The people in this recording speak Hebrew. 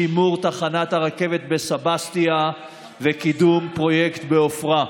שימור תחנת הרכבת בסבסטיה וקידום פרויקט בעפרה.